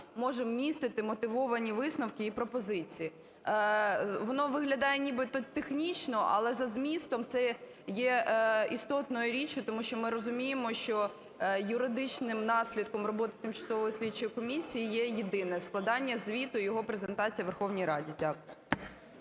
може містити мотивовані висновки і пропозиції. Воно виглядає нібито технічно, але за змістом це є істотною річчю. Тому що ми розуміємо, що юридичним наслідком роботи тимчасової слідчої комісії є єдине – складання звіту і його презентація у Верховній Раді. Дякую.